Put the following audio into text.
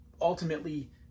ultimately